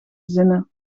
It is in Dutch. zinnen